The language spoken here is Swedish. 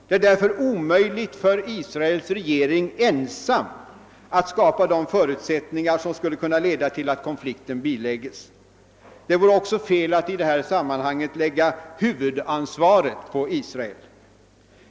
Det är därför omöjligt för Israels regering ensam att skapa de förutsättningar som skulle kunna leda till att konflikten biläggs. Det vore också felaktigt att i detta sammanhang lägga huvudansvaret på Israel.